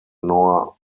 nor